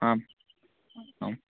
आम् आम्